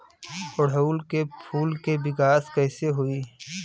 ओड़ुउल के फूल के विकास कैसे होई?